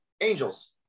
Angels